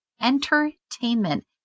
entertainment